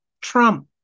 Trump